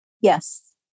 Yes